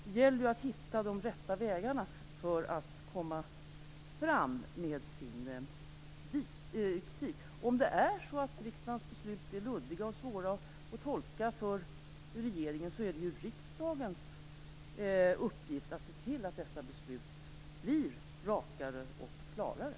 Det gäller ju att hitta de rätta vägarna för att komma fram med sin kritik. Om riksdagens beslut är luddiga och svåra att tolka för regeringen, är det ju riksdagens uppgift att se till att dessa beslut blir rakare och klarare.